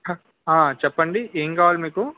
ఆ ఆ చెప్పండి ఏం కావాలి మీకు